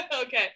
Okay